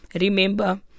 Remember